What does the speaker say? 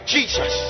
Jesus